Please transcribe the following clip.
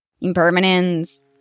Impermanence